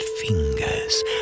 fingers